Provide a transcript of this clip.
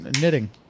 knitting